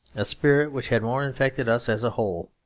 a spirit which had more infected us as a whole.